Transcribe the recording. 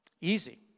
Easy